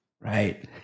Right